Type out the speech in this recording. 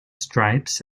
stripes